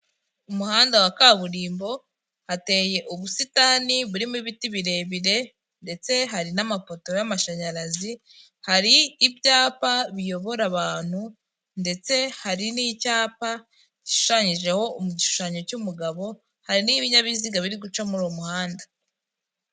umuhanda wa kaburimbo hateye ubusitani burimo ibiti birebire ndetse hari n'amapoto y'amashanyarazi, hari ibyapa biyobora abantu ndetse hari n'icyapa gishushanyijeho mu gishushanyo cy'u Mugabo, hari n'ibinyabiziga biri guca muri uwo muhanda.